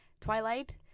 Twilight